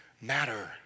matter